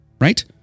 Right